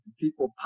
people